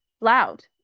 loud